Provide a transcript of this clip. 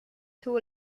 tool